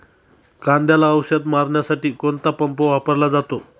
कांद्याला औषध मारण्यासाठी कोणता पंप वापरला जातो?